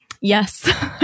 Yes